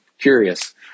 curious